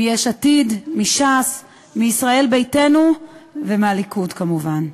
מיש עתיד, מש"ס, מישראל ביתנו ומהליכוד כמובן,